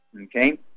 okay